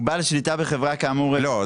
הוא בעל שליטה כאמור --- לא,